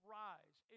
rise